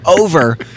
over